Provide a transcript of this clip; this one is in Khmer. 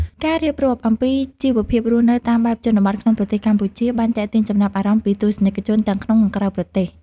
ការរៀបរាប់អំពីជីវភាពរស់នៅតាមបែបជនបទក្នុងប្រទេសកម្ពុជាបានទាក់ទាញចំណាប់អារម្មណ៍ពីទស្សនិកជនទាំងក្នុងនិងក្រៅប្រទេស។